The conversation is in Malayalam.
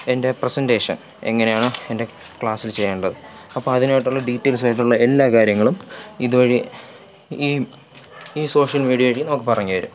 എൻ്റെ പ്രസൻ്റേഷൻ എങ്ങനെയാണ് എൻ്റെ ക്ലാസ്സിൽ ചെയ്യേണ്ടത് അപ്പോൾ അതിനായിട്ടുള്ള ഡീറ്റെയിൽസായിട്ടുള്ള എല്ലാ കാര്യങ്ങളും ഇതുവഴി ഈ ഈ സോഷ്യൽ മീഡിയ വഴി നമുക്ക് പറഞ്ഞുതരും